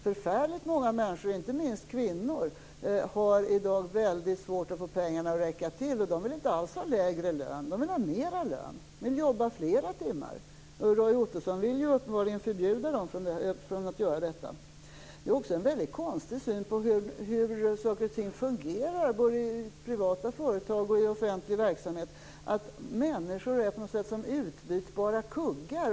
Förfärligt många människor, inte minst kvinnor, har i dag väldigt svårt att få pengarna att räcka till. De vill inte alls ha lägre lön. De vill ha mer lön. De vill jobba fler timmar. Roy Ottosson vill uppenbarligen förbjuda dem att göra detta. Det är också en väldigt konstig syn på hur saker och ting fungerar, både i privata företag och i offentlig verksamhet, att tro att människor på något sätt är som utbytbara kuggar.